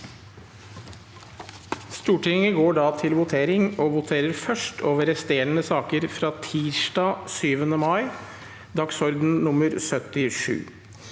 Stortinget går da til vote- ring og voterer først over resterende saker fra tirsdag 7. mai, dagsorden nr. 77.